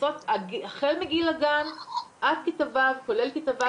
שמתייחסות החל מגיל הגן עד כיתה ו', כולל כיתה ו'.